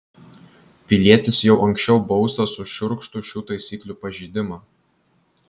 pilietis jau anksčiau baustas už šiurkštų šių taisyklių pažeidimą